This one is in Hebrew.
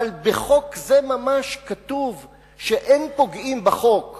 אבל בחוק זה ממש כתוב שאין פוגעים בחוק